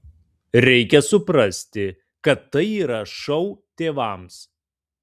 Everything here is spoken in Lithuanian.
reikia suprasti kad tai yra šou tėvams